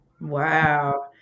Wow